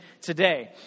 today